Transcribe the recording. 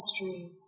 history